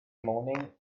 moaning